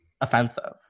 offensive